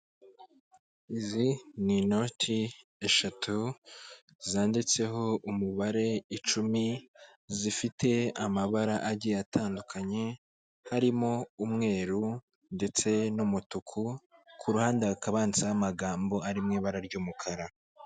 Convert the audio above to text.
Izi ni inoti eshatu zanditseho umubare icumi zifite, amabara agiye atandukanye harimo umweru, ndetse n'umutuku ku ruhande hakaba handitse amagambo ari mu ibara ry'umukara.